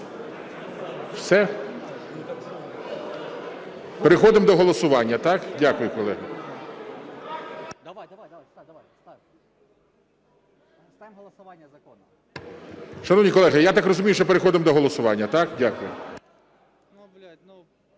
Все? Переходимо до голосування, так? Дякую, колеги. Шановні колеги, я так розумію, що переходимо до голосування, так? Дякую.